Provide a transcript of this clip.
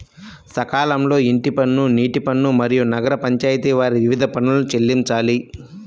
సకాలంలో ఇంటి పన్ను, నీటి పన్ను, మరియు నగర పంచాయితి వారి వివిధ పన్నులను చెల్లించాలి